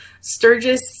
Sturgis